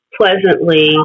pleasantly